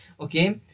okay